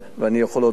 ואני יכול להודות לך.